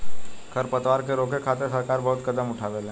खर पतवार के रोके खातिर सरकार बहुत कदम उठावेले